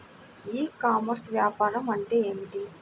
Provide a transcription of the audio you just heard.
ఈ కామర్స్లో వ్యాపారం అంటే ఏమిటి?